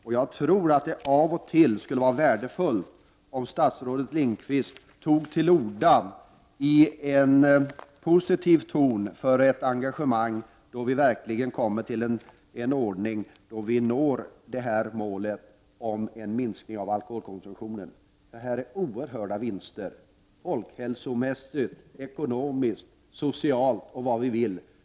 Jag tror att det skulle vara värdefullt om statsrådet Lindqvist av och till tog till orda i en positiv ton för ett engagemang som verkligen leder mot målet, så att vi når en minskning av alkoholkonsumtionen. Här finns oerhörda vinster att hämta — för folkhälsan, ekonomiskt, socialt och allt vad vi vill.